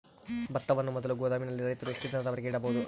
ಭತ್ತವನ್ನು ಮೊದಲು ಗೋದಾಮಿನಲ್ಲಿ ರೈತರು ಎಷ್ಟು ದಿನದವರೆಗೆ ಇಡಬಹುದು?